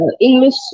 English